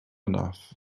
enough